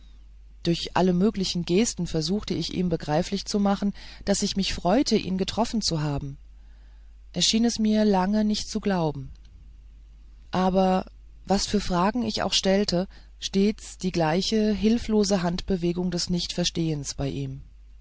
durch alle möglichen gesten suchte ich ihm begreiflich zu machen daß ich mich freute ihn getroffen zu haben er schien es mir lange nicht zu glauben aber was für fragen ich auch stellte stets die gleiche hilflose handbewegung des nichtverstehens bei ihm